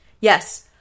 Yes